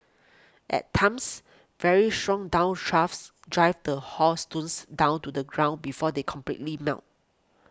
at times very strong drive the hailstones down to the ground before they completely melt